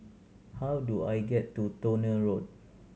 how do I get to Towner Road